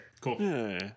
Cool